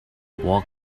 walk